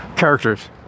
Characters